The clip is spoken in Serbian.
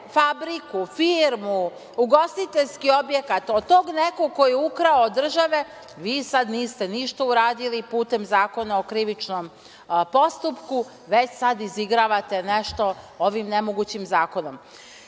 fabriku, firmu, ugostiteljski objekat od tog nekog ko je ukrao od države, a vi sad niste ništa uradili putem Zakona o krivičnom postupku, već sad izigravate nešto ovim nemogućim